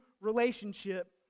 relationship